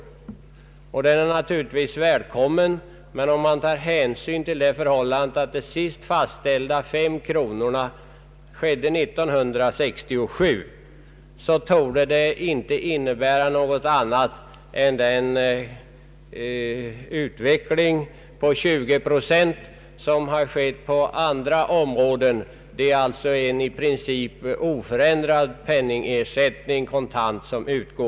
även den höjningen är naturligtvis välkommen, men om man tar hänsyn till det förhållandet att det nuvarande beloppet på 5 kronor fastställdes år 1967 torde förslaget inte innebära någonting annat än ett tillgodoseende av den kostnadsökning på 20 procent som har skett inom andra områden. Det är alltså en i princip oförändrad kontant penningersättning som nu föreslås.